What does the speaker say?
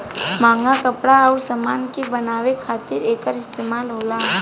महंग कपड़ा अउर समान के बनावे खातिर एकर इस्तमाल होला